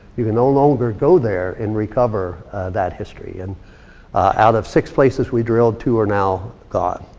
you can no longer go there and recover that history. and out of six places we drilled, two are now gone.